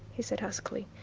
he said huskily,